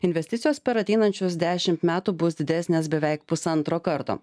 investicijos per ateinančius dešimt metų bus didesnės beveik pusantro karto